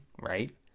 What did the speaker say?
right